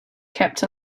kept